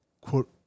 quote